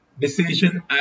decision